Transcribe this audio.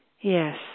Yes